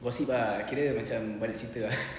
gossip ah kira macam banyak cerita ah